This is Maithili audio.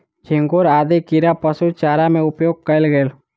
झींगुर आदि कीड़ा पशु चारा में उपयोग कएल गेल